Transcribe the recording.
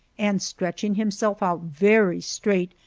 and stretching himself out very straight,